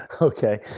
Okay